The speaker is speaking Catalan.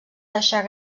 deixar